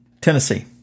Tennessee